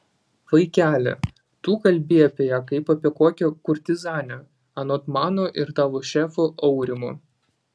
vaikeli tu kalbi apie ją kaip apie kokią kurtizanę anot mano ir tavo šefo aurimo